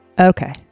Okay